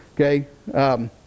Okay